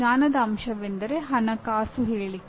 ಜ್ಞಾನದ ಅಂಶವೆಂದರೆ ಹಣಕಾಸು ಹೇಳಿಕೆ